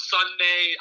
Sunday